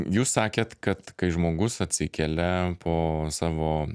jūs sakėt kad kai žmogus atsikelia po savo